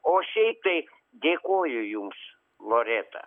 o šiaip tai dėkoju jums loreta